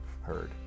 heard